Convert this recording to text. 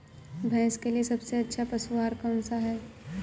भैंस के लिए सबसे अच्छा पशु आहार कौन सा है?